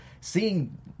seeing